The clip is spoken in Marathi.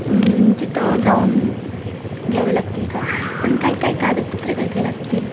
तिथं जाऊन घ्यावे लागतील का पण काही काय कागदपत्रे काय काय लागतील